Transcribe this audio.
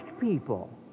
people